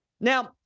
Now